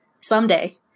someday